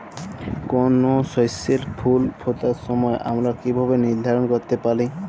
কোনো শস্যের ফুল ফোটার সময় আমরা কীভাবে নির্ধারন করতে পারি?